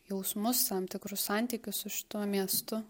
jausmus tam tikrus santykius su šituo miestu